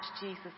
Jesus